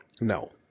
No